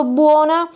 buona